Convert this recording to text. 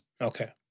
okay